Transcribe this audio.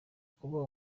kuba